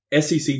SEC